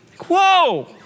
Whoa